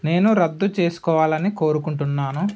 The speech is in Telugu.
నేను రద్దు చేసుకోవాలని కోరుకుంటున్నాను